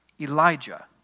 Elijah